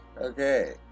Okay